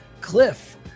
Cliff